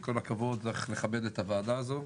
עם כל הכבוד צריך לכבד את הוועדה הזו,